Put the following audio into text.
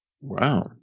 Wow